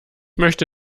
möchte